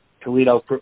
toledo